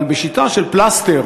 אבל בשיטה של פלסטר,